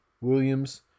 Williams